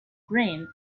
green